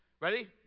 Ready